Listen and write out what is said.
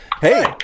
Hey